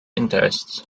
interests